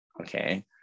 Okay